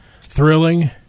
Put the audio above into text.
thrilling